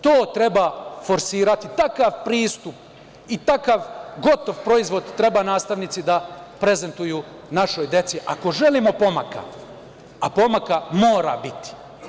To treba forsirati, takav pristup i takav gotov proizvod treba profesori da prezentuju našoj deci, ako želimo pomaka, a pomaka mora biti.